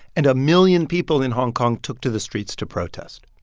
and a million people in hong kong took to the streets to protest.